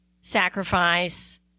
sacrifice